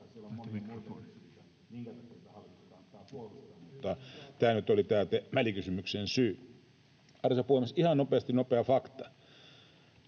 nyt oli tämän välikysymyksen syy. Arvoisa puhemies! Ihan nopeasti nopea fakta: